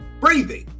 breathing